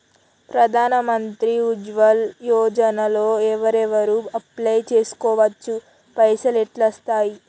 ప్రధాన మంత్రి ఉజ్వల్ యోజన లో ఎవరెవరు అప్లయ్ చేస్కోవచ్చు? పైసల్ ఎట్లస్తయి?